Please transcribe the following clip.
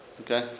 Okay